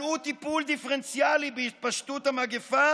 ומנעו טיפול דיפרנציאלי בהתפשטות המגפה